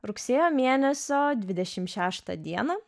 rugsėjo mėnesio dvidešim šeštą dieną